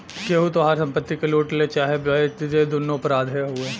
केहू तोहार संपत्ति के लूट ले चाहे बेच दे दुन्नो अपराधे हउवे